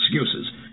excuses